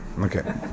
Okay